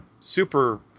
super